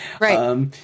Right